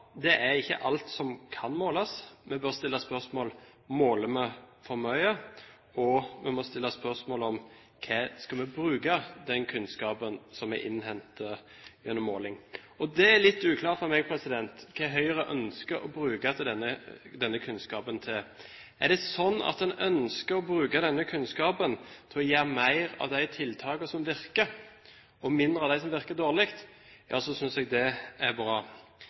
Det er ikke alt som kan måles. Vi bør stille spørsmålet: Måler vi for mye? Og vi må stille spørsmål om hva vi bruker den kunnskapen som er innhentet gjennom måling, til. Det er litt uklart for meg hva Høyre ønsker å bruke denne kunnskapen til. Er det sånn at en ønsker å bruke denne kunnskapen til å gjøre mer av de tiltakene som virker, og mindre av dem som virker dårlig? Ja, da synes jeg det er bra.